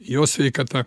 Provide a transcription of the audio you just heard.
jo sveikata